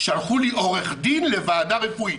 שלחו לי עורך דין לוועדה רפואית.